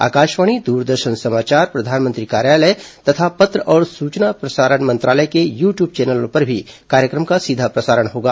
आकाशवाणी दूरदर्शन समाचार प्रधानमंत्री कार्यालय तथा सूचना और प्रसारण मंत्रालय के यू ट्यूब चैनलों पर भी कार्यक्रम का सीधा प्रसारण होगा